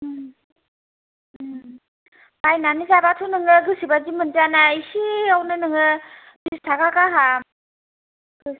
ओं ओं बाय नानै जाब्लाथ' नोङो गोसोबायदि मोनजायाना एसेआवनो नोङो बिस टाका गाहाम